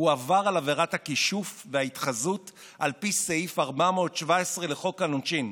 הוא עבר על עבירת הכישוף וההתחזות על פי סעיף 417 לחוק העונשין,